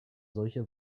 solche